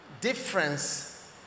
difference